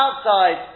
outside